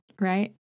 Right